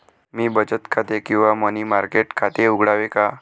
मी बचत खाते किंवा मनी मार्केट खाते उघडावे का?